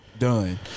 Done